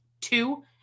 two